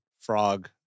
frog